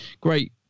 Great